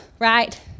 right